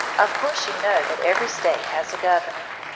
of course you know that every state has a governor,